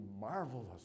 marvelous